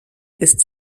ist